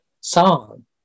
song